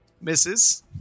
misses